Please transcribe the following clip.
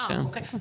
אוקי,